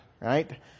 right